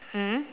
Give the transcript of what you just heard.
mm